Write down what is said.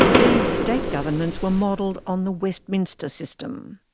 these state governments were modelled on the westminster system.